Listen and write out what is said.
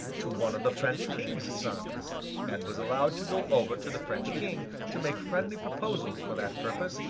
to one of the french king's sons and was allowed to go over to the french king to make friendly proposals for that purpose,